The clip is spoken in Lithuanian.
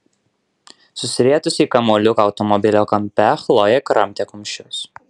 susirietusi į kamuoliuką automobilio kampe chlojė kramtė kumščius